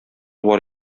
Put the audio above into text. бар